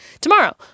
tomorrow